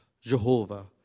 Jehovah